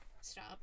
Stop